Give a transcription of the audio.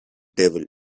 devil